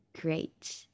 great